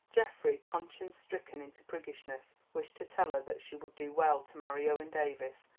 geoffrey, conscience-stricken into priggishness, wished to tell her that she would do well to marry owen davies,